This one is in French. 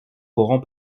pourrons